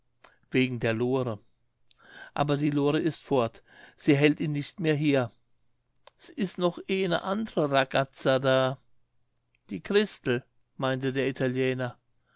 wegen der lore aber die lore ist fort sie hält ihn nicht mehr hier s is noch eene andere ragazza da die christel meinte der italiener